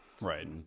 Right